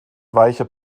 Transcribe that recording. weiche